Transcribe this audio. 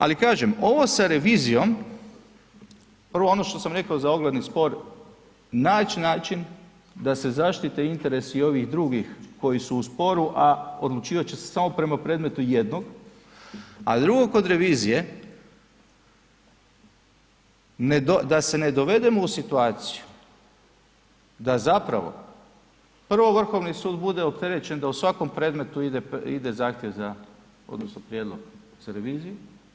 Ali kažem ovo sa revizijom, prvo ono što sam reko za ogledni spor, naći način da se zaštite interesi i ovih drugih koji su u sporu, a odlučivat će se samo prema predmetu jednog, a drugo kod revizije da se ne dovedemo u situaciju da zapravo prvo Vrhovni sud bude opterećen da u svakom predmetu ide zahtjev za odnosno prijedlog za reviziju.